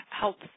helps